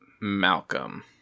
Malcolm